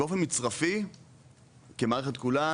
באופן מצרפי כמערכת כולה,